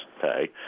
pay